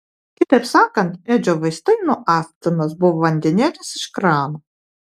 kitaip sakant edžio vaistai nuo astmos buvo vandenėlis iš krano